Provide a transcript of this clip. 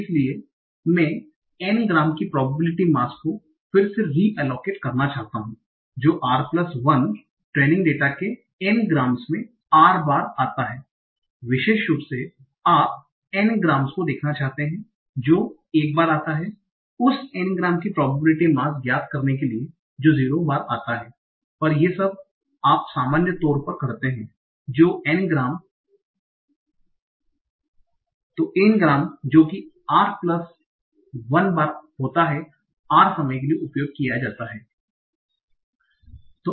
इसलिए मैं n gram की प्रोबेबिलिटी मास को फिर से रिअलोकेट करना चाहता हूं जो r1 बार ट्रेनिंग डाटा के n ग्राम्स में r बार आता है विशेष रूप से आप n ग्राम्स को देखना चाहते हैं जो 1 बार आता हैं उस n ग्राम्स की प्रोबेबिलिटी मास ज्ञात करने के लिए जो 0 बार आता है पर ये सब आप सामान्य तौर पर करते हैं तो n ग्राम जो कि r प्लस 1 बार होता है r समय के लिए उपयोग किया जाता है